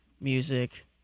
music